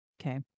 Okay